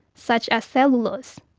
such as cellulose.